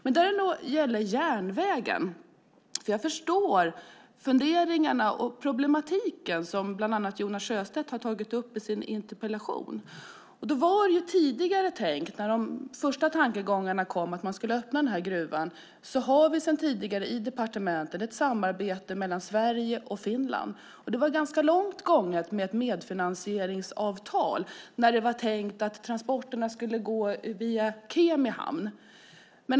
När det gäller järnvägen förstår jag funderingarna och problematiken som Jonas Sjöstedt bland annat tagit upp i sin interpellation. När de första tankegångarna om att öppna gruvan dök upp hade vi sedan tidigare i departementet ett samarbete mellan Sverige och Finland. Man hade i detta fall kommit ganska långt i diskussionerna om ett medfinansieringsavtal; det var alltså tänkt att transporterna skulle gå via Kemi hamn.